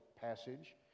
passage